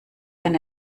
ein